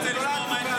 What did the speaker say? נולדנו כאן,